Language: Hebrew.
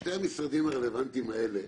ששני המשרדים הרלוונטיים האלה